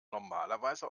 normalerweise